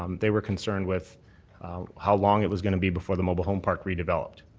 um they were concerned with how long it was going to be before the mobile home park redeveloped.